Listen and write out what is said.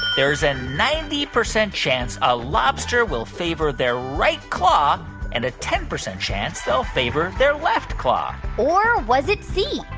there's a and ninety percent chance a lobster will favor their right claw and a ten percent chance they'll favor their left claw? or was it c,